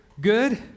good